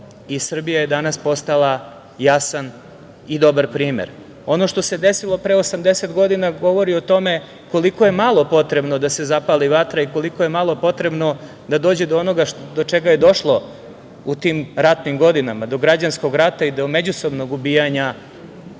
Srbija je danas postala jasan i dobar primer. Ono što se desilo pre 80 godina govori o tome koliko je malo potrebno da se zapali vatra i koliko je malo potrebno da dođe do onoga do čega je došlo u tim ratnim godina, do građanskog rata i do međusobnog ubijanja